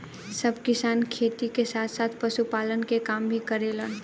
सब किसान खेती के साथ साथ पशुपालन के काम भी करेलन